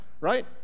right